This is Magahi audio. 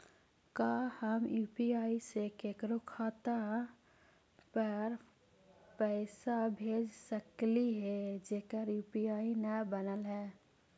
का हम यु.पी.आई से केकरो खाता पर पैसा भेज सकली हे जेकर यु.पी.आई न बनल है?